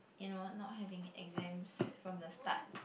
you know not having exams from the start